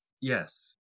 Yes